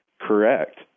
Correct